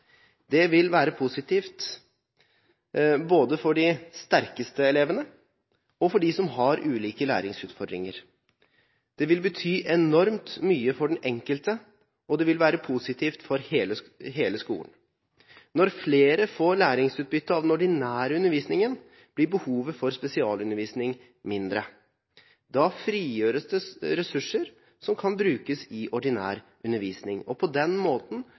Det ville være positivt både for de sterkeste elevene og for de som har ulike læringsutfordringer, det ville bety enormt mye for den enkelte, og det ville være positivt for hele skolen. Hvis flere får læringsutbytte av den ordinære undervisningen, blir behovet for spesialundervisning mindre. Da frigjøres det ressurser som kan brukes i ordinær undervisning. På den måten